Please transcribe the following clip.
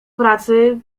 pracy